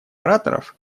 ораторов